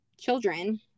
children